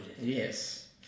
Yes